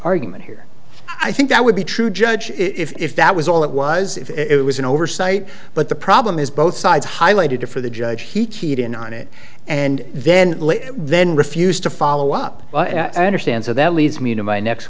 argument here i think that would be true judge if that was all it was if it was an oversight but the problem is both sides highlighted for the judge he keyed in on it and then then refused to follow up and understand so that leads me to my next